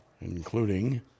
including